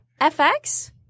FX